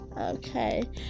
okay